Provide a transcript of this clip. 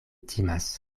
timas